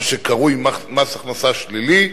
מה שקרוי מס הכנסה שלילי,